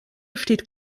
steht